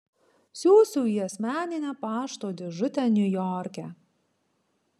siųsiu į asmeninę pašto dėžutę niujorke